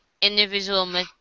individual